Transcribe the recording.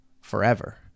forever